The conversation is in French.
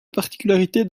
particularité